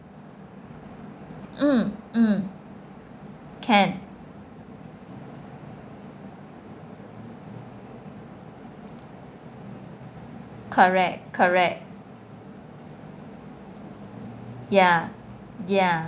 mm mm can correct correct ya ya